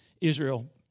Israel